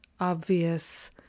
obvious